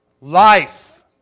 life